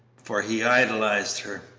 for he idolized her.